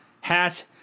hat